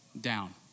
Down